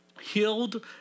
healed